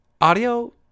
Audio